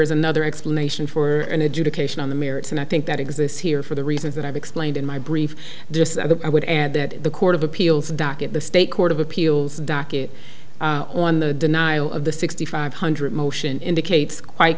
is another explanation for an adjudication on the merits and i think that exists here for the reasons that i've explained in my brief i would add that the court of appeals docket the state court of appeals docket on the denial of the sixty five hundred motion indicates quite